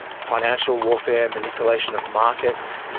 financial warfare, manipulation of markets,